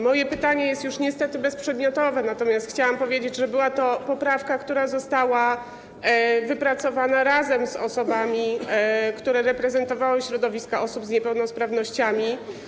Moje pytanie jest już niestety bezprzedmiotowe, natomiast chciałam powiedzieć, że była to poprawka, która została wypracowana razem z osobami, które reprezentowały środowiska niepełnosprawnych.